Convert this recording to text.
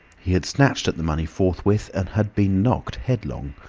he had snatched at the money forthwith and had been knocked headlong,